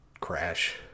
Crash